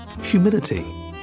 humidity